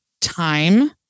time